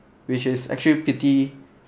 which is actually pretty